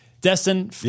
destin